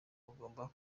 bagomba